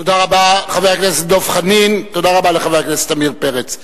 תודה רבה לחבר הכנסת עמיר פרץ.